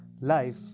Life